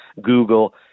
Google